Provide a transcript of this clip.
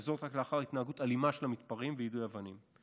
וזאת רק לאחר התנהגות אלימה של המתפרעים ויידוי אבנים.